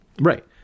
Right